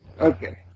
Okay